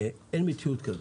אין מציאות כזאת.